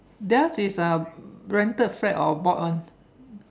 theirs is rented flat or brought one